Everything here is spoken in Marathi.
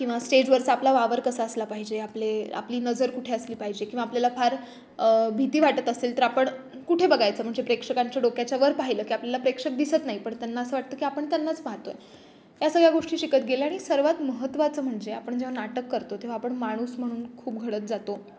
किंवा स्टेजवरचा आपला वावर कसा असला पाहिजे आपले आपली नजर कुठे असली पाहिजे किंवा आपल्याला फार भीती वाटत असेल तर आपण कुठे बघायचं म्हणजे प्रेक्षकांच्या डोक्याच्या वर पाहिलं की आपल्याला प्रेक्षक दिसत नाही पण त्यांना असं वाटतं की आपण त्यांनाच पाहतोय या सगळ्या गोष्टी शिकत गेले आणि सर्वात महत्त्वाचं म्हणजे आपण जेव्हा नाटक करतो तेव्हा आपण माणूस म्हणून खूप घडत जातो